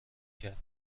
کرد